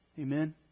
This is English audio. Amen